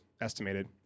estimated